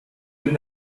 bin